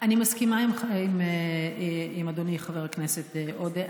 מסכימה עם אדוני חבר הכנסת עודה.